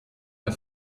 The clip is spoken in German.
der